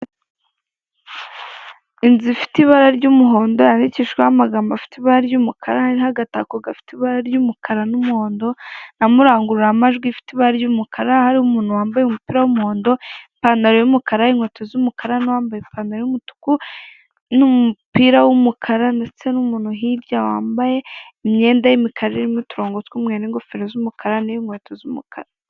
Inzu ifite ibara ry'umuhondo yandikishijweho amagambo afite ibara ry'umukara ariho agatako gafite ibara ry'umukara n'umuhondo, harimo rangururamajwi ifite ibara ry'umukara harimo umuntu wamabye umupira w'umuhondo, ipantaro y'umukara inkweto z'umukara, n'uwambaye ipantaro y'umutuku n'umupira w'umukara ndetse n'umuntu hirya wambaye imyenda y'imikara irimo uturongo tw'umweru n'ingofero z'umukara n'inkweto z'umukara.